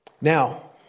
Now